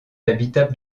habitable